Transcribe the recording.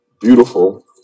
beautiful